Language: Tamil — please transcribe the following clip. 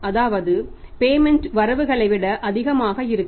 அதாவது பேமென்ட் வரவுகளை விட அதிகமாக இருக்கும்